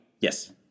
yes